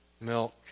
milk